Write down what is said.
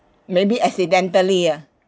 maybe accidentally ah